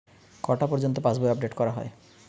কটা পযর্ন্ত পাশবই আপ ডেট করা হয়?